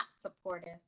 supportive